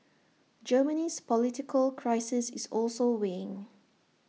Germany's political crisis is also weighing